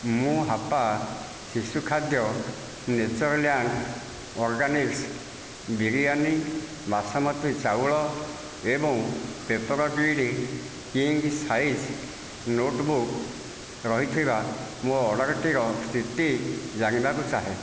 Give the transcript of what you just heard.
ମୁଁ ହାପ୍ପା ଶିଶୁ ଖାଦ୍ୟ ନେଚର୍ଲ୍ୟାଣ୍ଡ୍ ଅର୍ଗାନିକ୍ସ୍ ବିରିୟାନି ବାସୁମତୀ ଚାଉଳ ଏବଂ Papergrid king size notebook ରହିଥିବା ମୋ ଅର୍ଡ଼ର୍ଟିର ସ୍ଥିତି ଜାଣିବାକୁ ଚାହେଁ